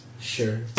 Sure